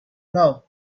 love